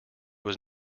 was